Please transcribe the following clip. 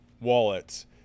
wallets